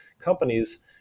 companies